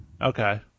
Okay